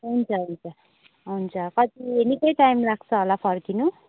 हुन्छ हुन्छ हुन्छ कति निकै टाइम लाग्छ होला फर्किनु